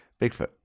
Bigfoot